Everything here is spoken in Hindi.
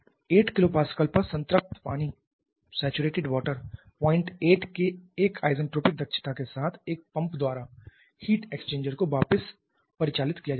8 kPa पर संतृप्त पानी 08 के एक isentropic दक्षता के साथ एक पंप द्वारा हीट एक्सचेंजर को वापस परिचालित किया जाता है